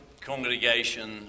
congregation